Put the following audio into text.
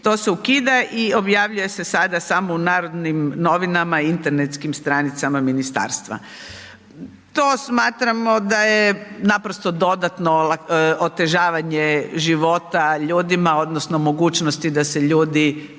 to se ukida i objavljuje se sada samo u Narodnim novinama i internetskim stranicama ministarstva. To smatramo da je naprosto dodatno otežavanje života ljudima odnosno mogućnosti da se ljudi